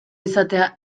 izatea